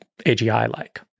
AGI-like